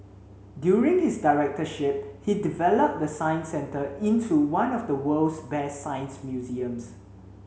during his directorship he developed the Science Centre into one of the world's best science museums